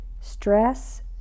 stress